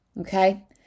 okay